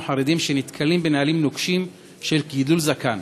חרדים שנתקלים בנהלים נוקשים בנושא של גידול זקן.